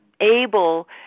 able